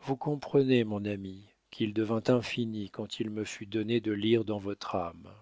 vous comprenez mon ami qu'il devint infini quand il me fut donné de lire dans votre âme